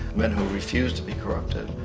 men who refuse to be corrupted,